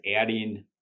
adding